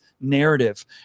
narrative